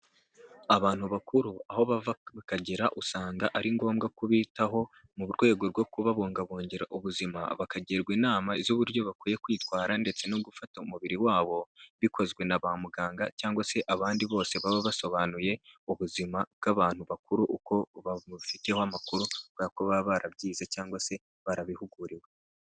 Abantu bakuru aho bava bakagera usanga ari ngombwa kubitaho mu rwego rwo kubabungabugira ubuzima bakagirwa inama z'uburyo bakwiye kwitwara ndetse no gufata umubiri wabo bikozwe na ba muganga cyangwa se abandi bose baba basobanuye ubuzima bw'abantu bakuru uko babufiteho amakuru kubera ko baba barabyize cyangwa se barabihuguriwe.